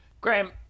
graham